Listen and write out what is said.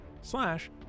slash